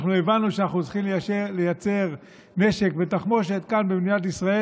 הבנו שאנחנו צריכים לייצר נשק ותחמושת כאן במדינת ישראל,